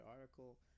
article